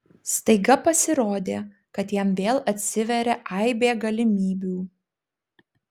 staiga pasirodė kad jam vėl atsiveria aibė galimybių